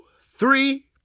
three